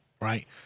right